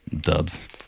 Dubs